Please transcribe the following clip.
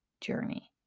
journey